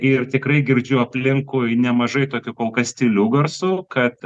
ir tikrai girdžiu aplinkui nemažai tokių kol kas tylių garsų kad